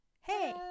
hey